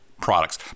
products